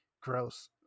gross